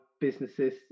businesses